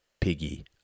piggy